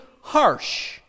harsh